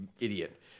Idiot